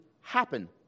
happen